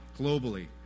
globally